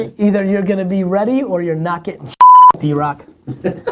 either you're gonna be ready or you're not getting sh ah t drock.